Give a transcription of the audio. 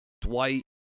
Dwight